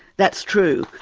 that's true.